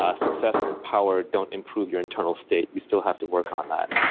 ah success and power don't improve your internal state you still have to work on that.